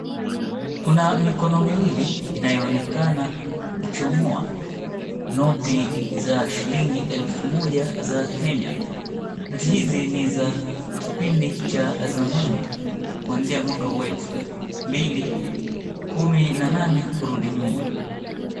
Kuna mikono miwili inayoonekana kuchomoa noti za shilingi elfu moja za Kenya. Noti hizi ni za kipindi cha zamani kuanzia mwaka wa elfu mbili kumi na nane kurudi nyuma.